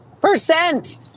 percent